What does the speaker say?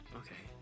okay